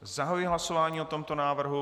Zahajuji hlasování o tomto návrhu.